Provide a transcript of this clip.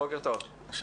בוקר טוב.